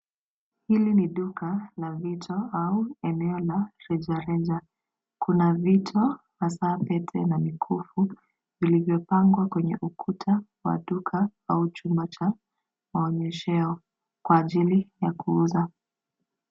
Hili ni duka la vitu au eneo la rejareja. Kuna vitu, hasa pete na mikufu, vilivyopangwa kwenye ukuta wa duka au chuma cha maonyesho kwa ajili ya kuuza.